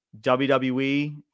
WWE